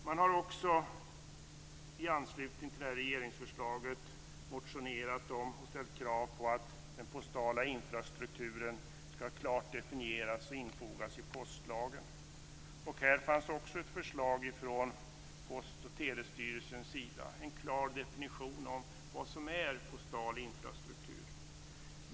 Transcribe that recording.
Man har också i anslutning till detta regeringsförslag motionerat om och ställt krav på att den postala infrastrukturen klart skall definieras och att detta skall infogas i postlagen. Här fanns också ett förslag från Post och telestyrelsens sida. Det skall göras en klar definition av vad som är postal infrastruktur.